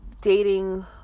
dating